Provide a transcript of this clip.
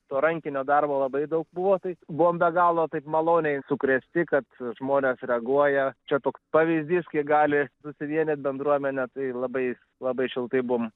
to rankinio darbo labai daug buvo tai buvom be galo taip maloniai sukrėsti kad žmonės reaguoja čia toks pavyzdys kaip gali susivienyt bendruomenė tai labai labai šiltai buvom